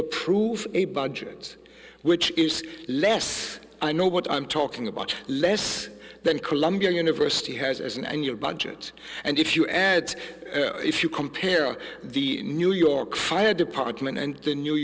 approve a budget which is less i know what i'm talking about less than columbia university has an annual budget and if you add if you compare the new york fire department and the new